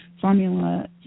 formula